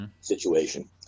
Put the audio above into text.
situation